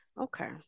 Okay